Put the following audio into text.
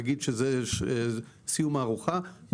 נגיד שזה סיום הארוחה,